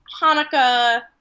Hanukkah